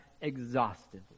exhaustively